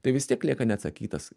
tai vis tiek lieka neatsakytas